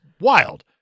wild